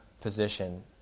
position